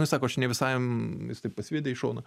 sako aš ne visam jis taip pasivedė į šoną